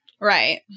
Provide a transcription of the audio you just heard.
Right